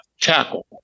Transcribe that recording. tackle